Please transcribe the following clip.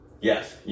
Yes